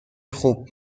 خوب